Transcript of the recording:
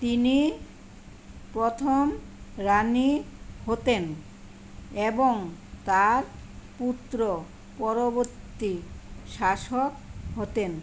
তিনি প্রথম রানি হতেন এবং তার পুত্র পরবর্তী শাসক হতেন